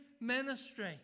ministry